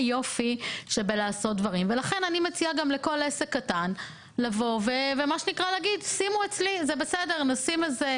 יש בקניונית של הקיבוץ מאגר שקיות שאפשר לקחת מהן.